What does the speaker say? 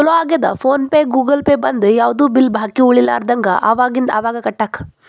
ಚೊಲೋ ಆಗ್ಯದ PhonePe Google Pay ಬಂದು ಯಾವ್ದು ಬಿಲ್ ಬಾಕಿ ಉಳಿಲಾರದಂಗ ಅವಾಗಿಂದ ಅವಾಗ ಕಟ್ಟಾಕ